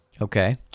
Okay